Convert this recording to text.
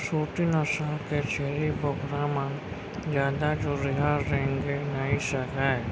सूरती नसल के छेरी बोकरा मन जादा दुरिहा रेंगे नइ सकय